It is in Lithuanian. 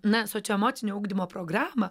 na į socioemocinio ugdymo programą